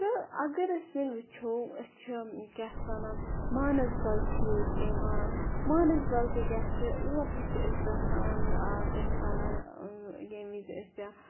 تہٕ اَگَر أسۍ ؤنۍ وٕچھو أسۍ چھِ کیاہ اَتھ وَنان مانَزبَل چھِ ییٚتہِ یِوان مانَزبَل تہِ کیاہ چھِ اور تہِ چھِ أسۍ گَژھان کیاہ اَتھ وَنان ییٚمہِ وِزِ أسۍ گَرِ